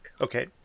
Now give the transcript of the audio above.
Okay